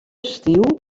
estiu